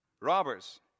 robbers